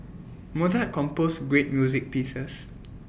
Mozart composed great music pieces